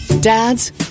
Dads